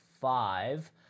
five